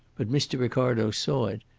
but mr. ricardo saw it,